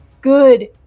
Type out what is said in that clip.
Good